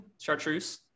Chartreuse